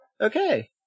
Okay